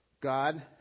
God